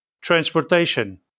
transportation